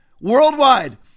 worldwide